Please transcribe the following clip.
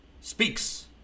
speaks